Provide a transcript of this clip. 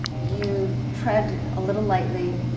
you tread a little lightly,